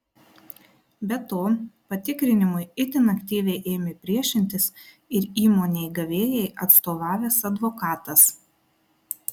be to patikrinimui itin aktyviai ėmė priešintis ir įmonei gavėjai atstovavęs advokatas